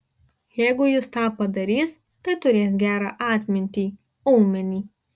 jeigu jis tą padarys tai turės gerą atmintį aumenį